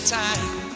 time